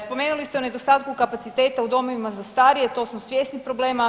Spomenuli ste o nedostatku kapaciteta u domovima za starije, to smo svjesni problema.